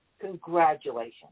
Congratulations